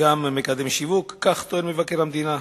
גם מקדם שיווק, כך טוען מבקר המדינה.